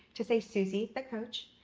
to say susie the coach,